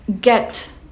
get